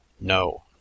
No